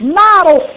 model